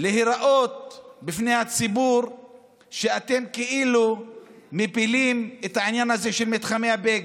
להיראות בפני הציבור כאילו כמי שמפילים את העניין הזה של מתחמי ביג.